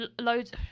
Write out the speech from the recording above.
loads